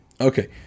Okay